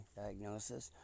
diagnosis